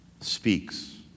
speaks